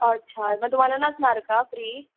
अच्छा मग तुम्हाला नसणार का फ्री